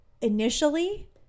initially